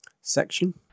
section